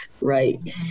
right